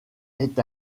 est